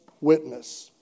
witness